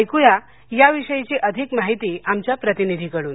ऐक्या याविषयीची अधिक माहिती आमच्या प्रतिनिधीकडून